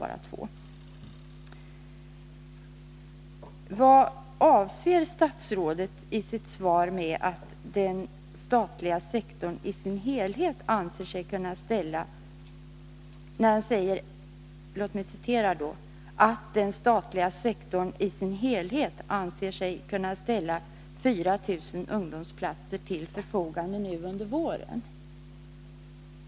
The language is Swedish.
Antalet anmälda och utnyttjade statliga ungdomsplatser i Botkyrka kommun var endast två i förra veckan. Vad avser statsrådet i sitt svar med ”att den statliga sektorn i sin helhet anser sig kunna ställa ca 4 000 ungdomsplatser till förfogande nu under våren”?